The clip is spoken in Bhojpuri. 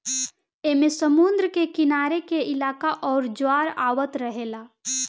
ऐमे समुद्र के किनारे के इलाका आउर ज्वार आवत रहेला